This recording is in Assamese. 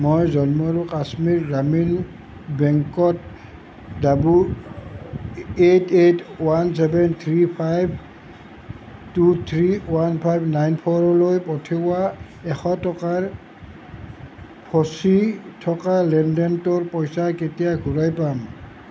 মই জম্মু আৰু কাশ্মীৰ গ্ৰামীণ বেংকত double eight eight one seven three five two three one five nine ফ'ৰলৈ পঠিওৱা এশ টকাৰ ফচি থকা লেনদেনটোৰ পইচা কেতিয়া ঘূৰাই পাম